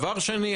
דבר שני,